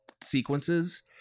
sequences